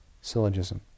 syllogism